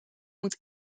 moet